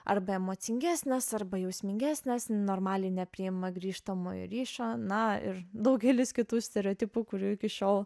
arba emocingesnės arba jausmingesnės normaliai nepriima grįžtamojo ryšio na ir daugelis kitų stereotipų kurių iki šiol